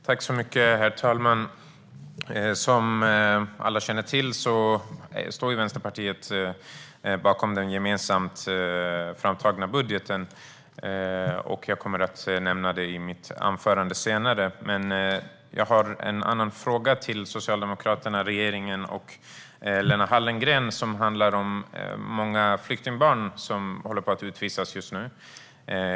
Herr talman! Som alla känner till står Vänsterpartiet bakom den gemensamt framtagna budgeten, och jag kommer att nämna det i mitt anförande senare. Jag har en annan fråga till Socialdemokraterna, regeringen och Lena Hallengren om de många flyktingbarn som är på väg att utvisas just nu.